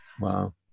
Wow